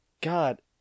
God